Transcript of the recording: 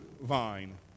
vine